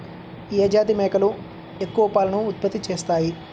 ఏ జాతి మేకలు ఎక్కువ పాలను ఉత్పత్తి చేస్తాయి?